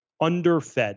underfed